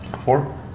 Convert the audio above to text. Four